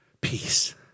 peace